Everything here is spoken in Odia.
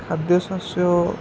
ଖାଦ୍ୟ ଶସ୍ୟ